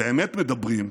באמת מדברים,